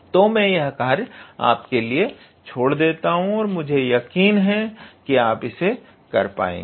तो मैं यह कार्य आपके लिए छोड़ देता हूं मुझे यकीन है आप इसे कर पाएंगे